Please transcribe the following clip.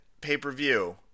Pay-per-view